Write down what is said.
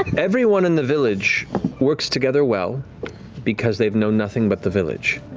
everyone in the village works together well because they've known nothing but the village.